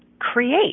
create